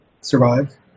survive